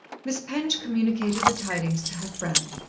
miss penge communicated the tidings to her friend.